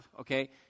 okay